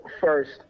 first